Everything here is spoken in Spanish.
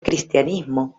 cristianismo